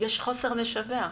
יש חוסר משווע,